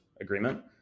agreement